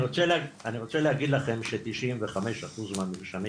אני רוצה להגיד לכם ש- 95 אחוז מהמרשמים